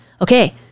okay